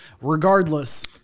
regardless